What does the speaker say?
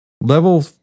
Level